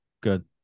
Good